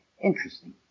interesting